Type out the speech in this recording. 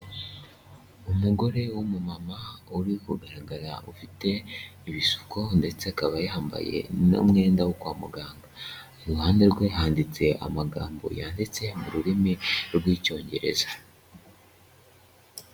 Umugore w'umumama uri kugaragara, ufite ibisuko ndetse akaba yambaye n'umwenda wo kwa muganga, iruhande rwe handitse amagambo yanditse mu rurimi rw'Icyongereza.